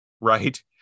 right